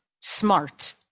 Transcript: smart